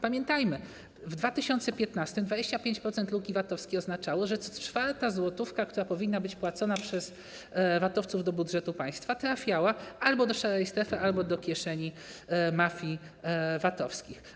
Pamiętajmy, że w 2015 r. 25% luki VAT-owskiej oznaczało, że co czwarta złotówka, która powinna być płacona przez VAT-owców do budżetu państwa, trafiała albo do szarej strefy, albo do kieszeni mafii VAT-owskich.